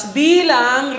bilang